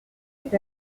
est